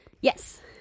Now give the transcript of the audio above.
yes